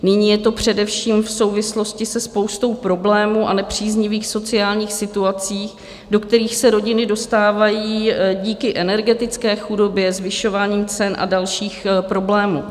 Nyní je to především v souvislosti se spoustou problémů a nepříznivých sociálních situací, do kterých se rodiny dostávají díky energetické chudobě, zvyšování cen a dalších problémů.